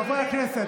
חברי הכנסת,